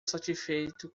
satisfeito